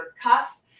cuff